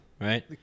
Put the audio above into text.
right